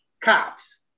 cops